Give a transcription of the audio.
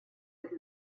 with